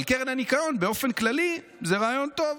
אבל קרן הניקיון באופן כללי זה רעיון טוב.